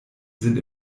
sind